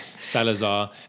Salazar